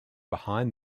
behind